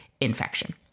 Infection